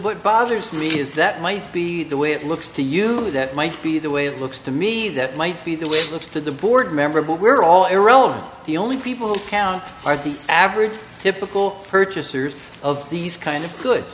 what bothers me is that might be the way it looks to you that might be the way it looks to me that might be the way to look to the board member but we're all irrelevant the only people who count i think average typical purchasers of these kind of good